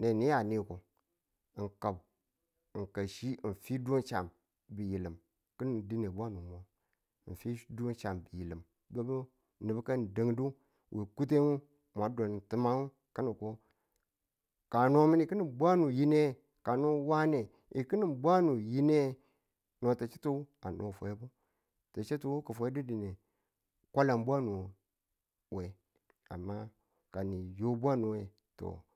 ne ni ya niko ng ka ng ka chi ng fi dum cham bilim kin dine bwanu mwa ng fi du cham yilim nubu nubu kanin dadu we kuteng nge mwa dun timang kano ko ka no min kinin bwa yine ye kano wa nge ng kinin bwa ng yine mwa kichitiwo a ne fwedu ti chitu ki fwedu dine kwallan bwanu we amma ka ni yo bwanu we to